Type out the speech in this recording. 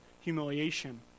humiliation